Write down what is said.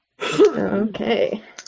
Okay